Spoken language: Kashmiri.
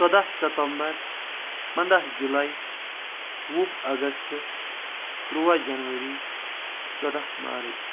ژۄدہ ستمبر پنٛدہ جُلاے وُہ اگستہٕ تٕرووہ جنوری ژۄدہ مارٕچ